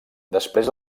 després